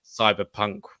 cyberpunk